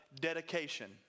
dedication